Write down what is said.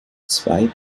zwei